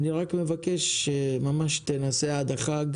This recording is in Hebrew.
אני רק מבקש ממש שתנסה עד החג,